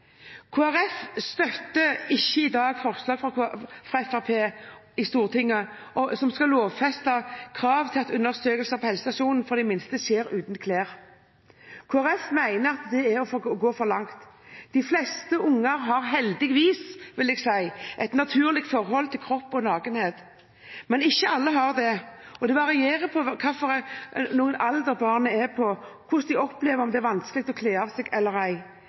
støtter ikke i dag forslaget fra Fremskrittspartiet i Stortinget om å lovfeste krav til at undersøkelser på helsestasjonene av de minste skjer uten klær. Kristelig Folkeparti mener det er å gå for langt. De fleste unger har, heldigvis, vil jeg si, et naturlig forhold til kropp og nakenhet. Men ikke alle har det, og det varierer med barnets alder om de opplever at det er vanskelig å kle av seg eller ei.